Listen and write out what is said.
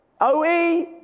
OE